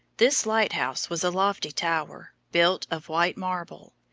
this light-house was a lofty tower, built of white marble.